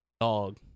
dog